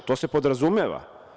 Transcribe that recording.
To se podrazumeva.